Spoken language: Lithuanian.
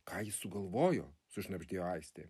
ką jis sugalvojo sušnabždėjo aistė